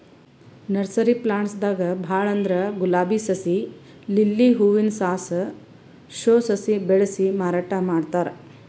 nursery plants ದಾಗ್ ಭಾಳ್ ಅಂದ್ರ ಗುಲಾಬಿ ಸಸಿ, ಲಿಲ್ಲಿ ಹೂವಿನ ಸಾಸ್, ಶೋ ಸಸಿ ಬೆಳಸಿ ಮಾರಾಟ್ ಮಾಡ್ತಾರ್